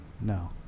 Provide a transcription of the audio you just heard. No